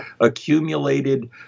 accumulated